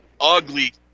ugly